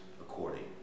according